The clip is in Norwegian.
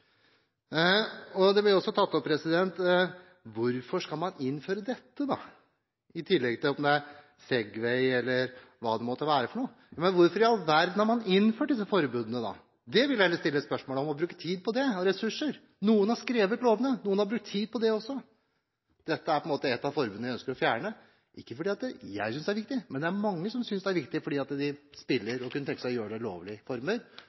Det ble også spurt om hvorfor man skal innføre dette, i tillegg til Segway og hva det måtte være for noe. Men hvorfor i all verden har man da innført disse forbudene? Det ville jeg heller stilt spørsmål om og brukt tid på, det og ressurser. Noen har skrevet lovene. Noen har brukt tid på det også. Dette er et av de forbudene vi ønsker å fjerne – ikke fordi jeg synes det er viktig, men det er mange som synes det er viktig, fordi de spiller og kunne tenke seg å gjøre det i lovlige former.